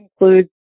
includes